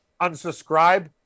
unsubscribe